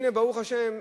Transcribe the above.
הנה, ברוך השם,